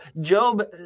Job